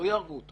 לא יהרגו אותו